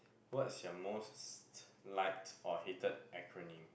what's your most like or hated acronym